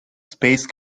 space